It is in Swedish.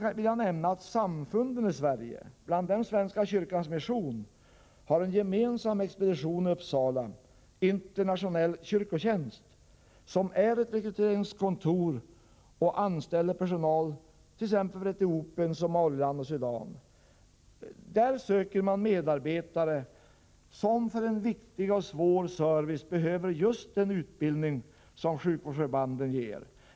Jag vill nämna att samfunden i Sverige — bland dem Svenska kyrkans mission — har en gemensam expedition i Uppsala, Internationell kyrkotjänst, som är ett rekryteringskontor som anställer personal för t.ex. Etiopien, Somaliland och Sudan. Där söker man medarbetare som för en viktig och svår service behöver just den utbildning som sjukvårdsförbanden ger.